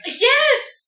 Yes